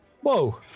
Whoa